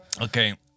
Okay